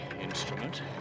instrument